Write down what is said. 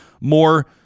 more